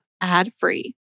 ad-free